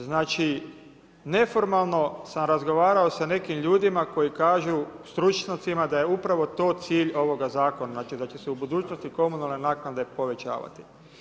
Znači neformalno sam razgovarao sa nekim ljudima koji kažu, stručnjacima da je upravo to cilj ovoga zakona, znači da će se u budućnosti komunalne naknade povećavati.